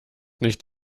nicht